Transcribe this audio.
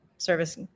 service